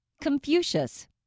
Confucius